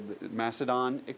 Macedon